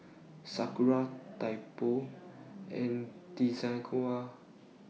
Sakura Typo and Desigual